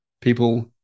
people